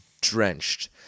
drenched